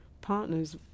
partners